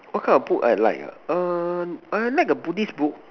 what kind of book I like ah um I like a buddhist book